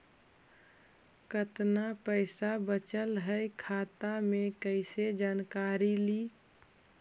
कतना पैसा बचल है खाता मे कैसे जानकारी ली?